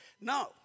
No